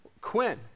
Quinn